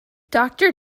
doctor